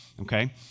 Okay